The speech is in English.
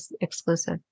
exclusive